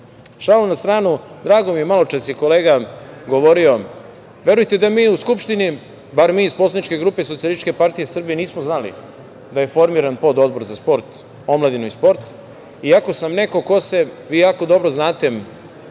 na stranu, drago mi je, maločas je kolega govorio, verujte da mi u Skupštini, bar mi iz poslaničke grupe SPS nismo znali da je formiran pododbor za omladinu i sport, iako sam neko ko se, vi jako dobro znate,